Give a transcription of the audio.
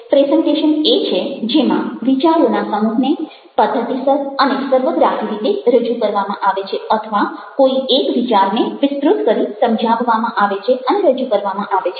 presentation એ છે જેમાં વિચારોના સમૂહને પદ્ધતિસર અને સર્વગ્રાહી રીતે રજૂ કરવામાં આવે છે અથવા કોઈ એક વિચારને વિસ્તૃત કરી સમજાવવામાં આવે છે અને રજૂ કરવામાં આવે છે